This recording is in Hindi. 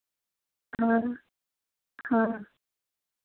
हाँ हाँ